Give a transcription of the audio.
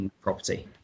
property